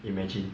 imagine